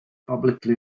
publicly